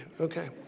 Okay